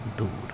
دوٗر